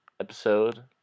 episode